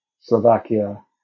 Slovakia